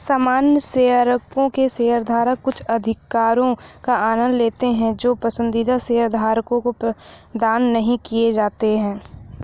सामान्य शेयरों के शेयरधारक कुछ अधिकारों का आनंद लेते हैं जो पसंदीदा शेयरधारकों को प्रदान नहीं किए जाते हैं